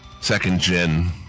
second-gen